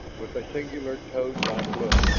with a singular toadlike look